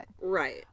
Right